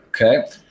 okay